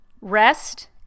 rest